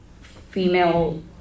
female